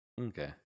Okay